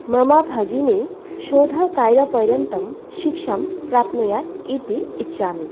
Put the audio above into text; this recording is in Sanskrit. मम भगिनी शोधकार्यपर्यन्तं शिक्षां प्राप्नुयात् इति इच्छामि